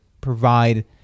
provide